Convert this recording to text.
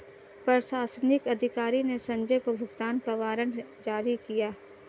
प्रशासनिक अधिकारी ने संजय को भुगतान का वारंट जारी किया